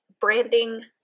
branding